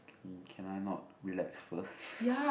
mm can I not relax first